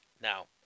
Now